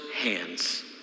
hands